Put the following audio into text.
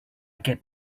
get